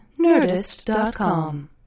Nerdist.com